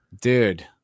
Dude